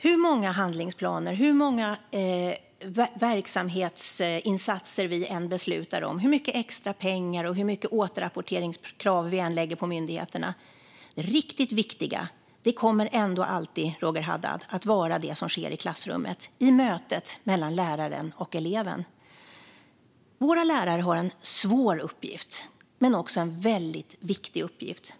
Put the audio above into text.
Hur många handlingsplaner och hur många verksamhetsinsatser vi än beslutar om, hur mycket extra pengar vi än ger och hur mycket återrapporteringskrav vi än ställer på myndigheterna kommer ändå det riktigt viktiga, Roger Haddad, alltid att vara det som sker i klassrummet - i mötet mellan läraren och eleven. Våra lärare har en svår uppgift men också en väldigt viktig uppgift.